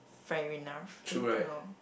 fair enough eh no